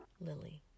Lily